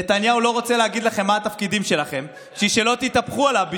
נתניהו לא רוצה להגיד לכם מה התפקידים שלכם בשביל שלא תתהפכו עליו.